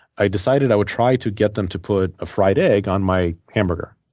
i decided i would try to get them to put a fried egg on my hamburger.